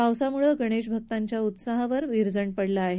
पावसामुळे गणेशभक्तांच्या उत्साहावर विरजण पडलं आहे